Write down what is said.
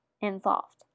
involved